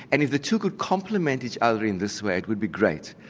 and if the two could complement each other in this way it would be great,